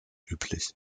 üblich